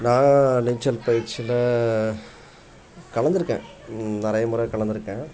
நான் நீச்சல் பயிற்சியில கலந்துருக்கேன் நிறைய முறை கலந்துருக்கேன்